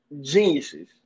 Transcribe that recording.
geniuses